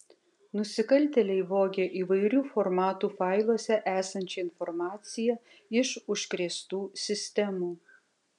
nusikaltėliai vogė įvairių formatų failuose esančią informaciją iš užkrėstų sistemų